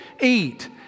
Eat